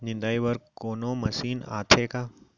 निंदाई बर कोनो मशीन आथे का?